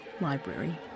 Library